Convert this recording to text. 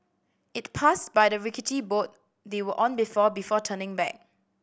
it passed by the rickety boat they were on before before turning back